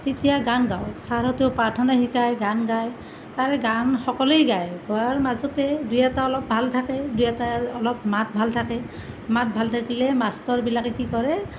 তেতিয়া গান গাওঁ চাৰহঁতেও প্ৰাৰ্থনা শিকায় গান গায় তাৰে গান সকলোৱেই গায় গোৱাৰ মাজতে দুই এটা অলপ ভাল থাকে দুই এটাৰ অলপ মাত ভাল থাকে মাত ভাল থাকিলে মাষ্টৰবিলাকে কি কৰে